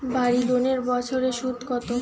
বাড়ি লোনের বছরে সুদ কত?